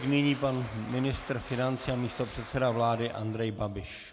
Nyní pan ministr financí a místopředseda vlády Andrej Babiš.